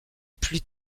plus